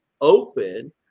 open